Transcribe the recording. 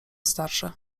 starsze